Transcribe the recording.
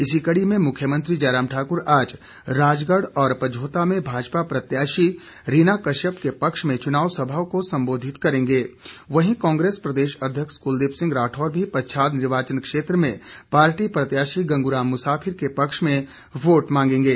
इसी कड़ी में मुख्यमंत्री जयराम ठाकुर आज राजगढ़ और पझोता में भाजपा प्रत्याशी रीना कश्यप के पक्ष में चुनाव सभाओं को संबोधित करेंगें वहीं कांग्रेस प्रदेश अध्यक्ष कुलदीप सिंह राठौर भी पच्छाद निर्वाचन क्षेत्र में पार्टी प्रत्याशी गंगू राम मुसाफिर के पक्ष में वोट मांगेंगे